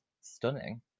stunning